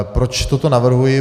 Proč toto navrhuji?